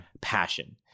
passion